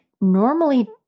normally